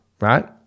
right